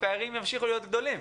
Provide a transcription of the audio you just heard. הפערים ימשיכו להיות גדולים.